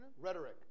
rhetoric